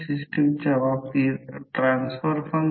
5 ही बाजू देखील 3 1 0